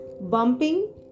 bumping